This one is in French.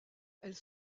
elles